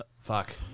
Fuck